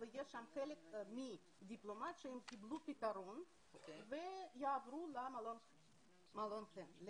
יש חלק מהדיירים מדיפלומט שקיבלו פתרון ויעברו למלון חן,